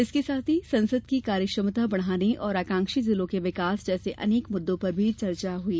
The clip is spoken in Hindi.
इसके साथ ही संसद की कार्यक्षमता बढ़ाने और आकांक्षी जिलों के विकास जैसे अनेक मुददों पर भी चर्चा हई